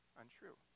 untrue